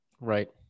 Right